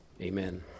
amen